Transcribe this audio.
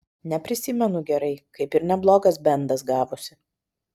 neprisimenu gerai kaip ir neblogas bendas gavosi